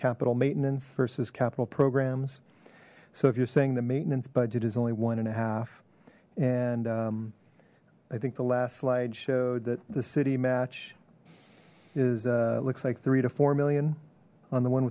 capital maintenance versus capital programs so if you're saying the maintenance budget is only one and a half and i think the last slide showed that the city match is looks like three to four million on the one